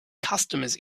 customers